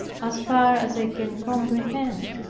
as far as i can comprehend.